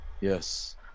yes